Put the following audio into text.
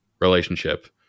relationship